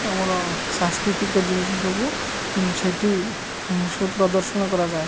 ଆମର ସାଂସ୍କୃତିକ ଜିନିଷ ସବୁ ସେଠି ସେ ପ୍ରଦର୍ଶନ କରାଯାଏ